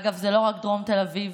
אגב, זה לא רק דרום תל אביב,